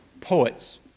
poets